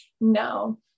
no